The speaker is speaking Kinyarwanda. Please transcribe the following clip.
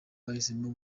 bahisemo